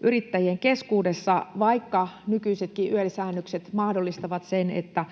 yrittäjien keskuudessa, vaikka nykyisetkin YEL-säännökset mahdollistavat sen, että